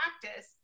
practice